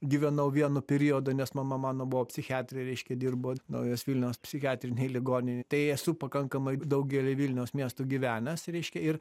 gyvenau vienu periodu nes mama mano buvo psichiatrė reiškia dirbo naujos vilnios psichiatrinėj ligoninėj tai esu pakankamai daugely vilniaus miestų gyvenęs reiškia ir